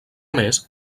més